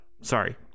Sorry